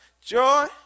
Joy